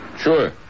Sure